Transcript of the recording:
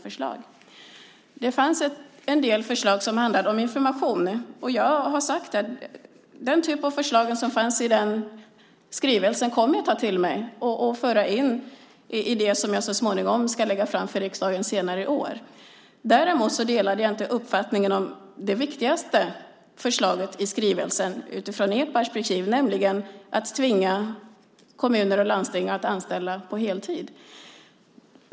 Det fanns en del förslag som handlade om information. Jag har sagt att jag kommer att ta till mig den typ av förslag som fanns i den skrivelsen och föra in i det som jag så småningom ska lägga fram för riksdagen senare i år. Däremot delade jag inte uppfattningen om det viktigaste förslaget i skrivelsen utifrån ert perspektiv, nämligen att tvinga kommuner och landsting att anställa på heltid.